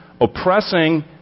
oppressing